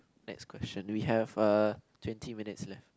next question we have uh twenty minutes left